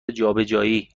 جابجایی